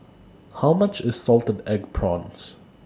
How much IS Salted Egg Prawns